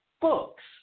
books